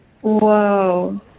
Whoa